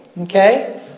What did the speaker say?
okay